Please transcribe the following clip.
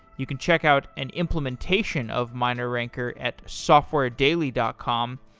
you can check out and implementation of mineranker at softwaredaily dot com.